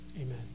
amen